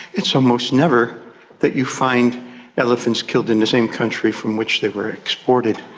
it's almost never that you find elephants killed in the same country from which they were exported.